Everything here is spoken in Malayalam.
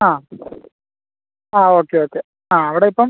ആ ആ ഓക്കെ ഓക്കെ ആ അവിടെ ഇപ്പം